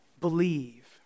believe